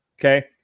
Okay